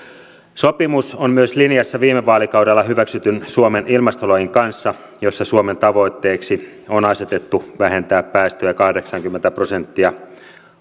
sopimus on myös linjassa viime vaalikaudella hyväksytyn suomen ilmastolain kanssa jossa suomen tavoitteeksi on asetettu vähentää päästöjä kahdeksankymmentä prosenttia